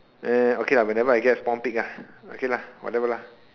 uh okay whenever I get a spawn pick ah okay lah whatever lah